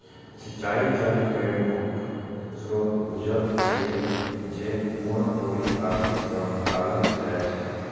सिंचाइ जल केर मुख्य स्रोत भूजल छियै, जे कुआं, बोरिंग आदि सं निकालल जाइ छै